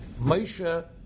Moshe